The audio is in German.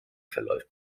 verläuft